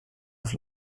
auf